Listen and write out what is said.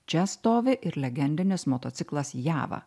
čia stovi ir legendinis motociklas java